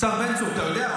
השר בן צור, אתה יודע?